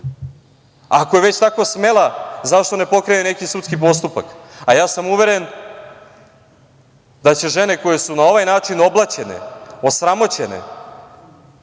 je već tako smela, zašto ne pokrene neki sudski postupak, a ja sam uveren da će žene koje su na ovaj način oblaćene, osramoćene,